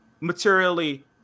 Materially